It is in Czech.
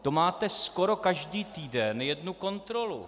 To máte skoro každý týden jednu kontrolu.